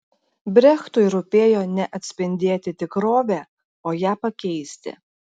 brechtui rūpėjo ne atspindėti tikrovę o ją pakeisti